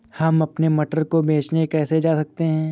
हम अपने मटर को बेचने कैसे जा सकते हैं?